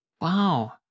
Wow